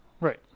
Right